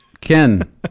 ken